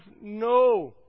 no